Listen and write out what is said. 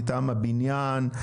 מטעם הבניין?